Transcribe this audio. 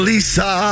Lisa